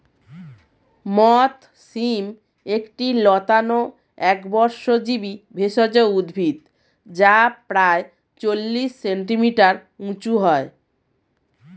মথ শিম একটি লতানো একবর্ষজীবি ভেষজ উদ্ভিদ যা প্রায় চল্লিশ সেন্টিমিটার উঁচু হয়